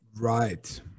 right